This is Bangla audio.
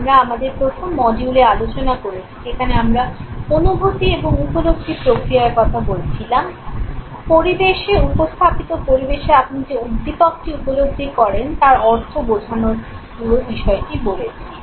আমরা আমাদের প্রথম মডিউলে আলোচনা করেছি যেখানে আমরা অনুভূতি এবং উপলব্ধি প্রক্রিয়ার কথা বলছিলাম পরিবেশে উপস্থাপিত উদ্দীপকটি উপলব্ধি করেন তার অর্থ বোঝানোর পুরো বিষয়টি বলেছি